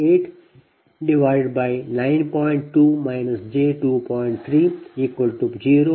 2 j2